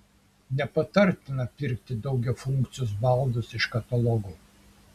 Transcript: nepatartina pirkti daugiafunkcius baldus iš katalogų